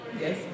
Yes